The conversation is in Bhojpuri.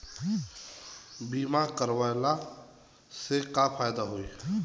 बीमा करवला से का फायदा होयी?